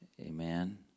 amen